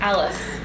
Alice